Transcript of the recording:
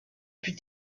plus